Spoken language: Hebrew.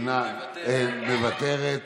מוותרת,